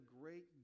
great